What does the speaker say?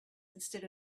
instead